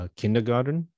kindergarten